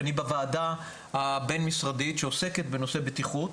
כי אני בוועדה הבין משרדית שעוסקת בנושא בטיחות